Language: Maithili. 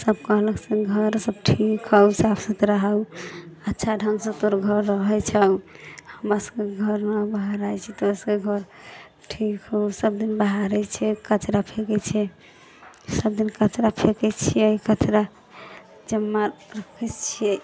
सब कहलक से घर सब ठीक हौ साफ सुथरा हौ अच्छा ढङ्गसँ तोहर घर रहै छौ हमरा सबके घर नहि बहराइ छियै तोहरा सबके घर ठीक हौ दिन बहारै छै कचड़ा फेकै छै सब दिन कचरा फेकै छियै कचरा जमा रखै छियै